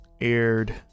aired